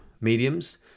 mediums